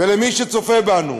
ולמי שצופה בנו: